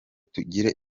tugire